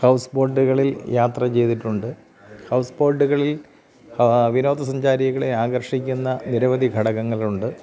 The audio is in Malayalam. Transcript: ഹൗസ് ബോട്ടുകളിൽ യാത്ര ചെയ്തിട്ടുണ്ട് ഹൗസ് ബോട്ടുകളിൽ വിനോദസഞ്ചാരികളെ ആകർഷിക്കുന്ന നിരവധി ഘടകങ്ങളുണ്ട്